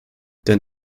denn